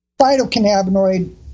phytocannabinoid